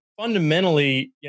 Fundamentally